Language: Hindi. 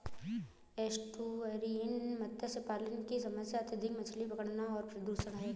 एस्टुअरीन मत्स्य पालन की समस्या अत्यधिक मछली पकड़ना और प्रदूषण है